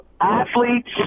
athletes